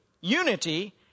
unity